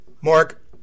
Mark